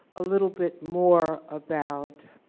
a little bit more about